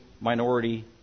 minority